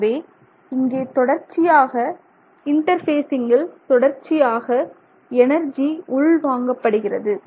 ஆகையால் இங்கே தொடர்ச்சியாக இன்டர்பேஸிங்கில் தொடர்ச்சியாக எனர்ஜி உள் வாங்கப்படுகிறது